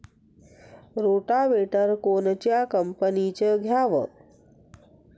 Rotavator कोनच्या कंपनीचं घ्यावं?